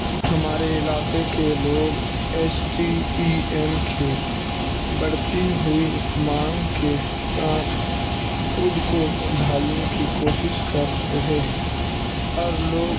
ہمارے علاقے کے لوگ ایس ٹی ای ایم کی بڑھتی ہوئی مانگ کے ساتھ خود کو ڈھالنے کی کوشش کر رہے ہیں اور لوگ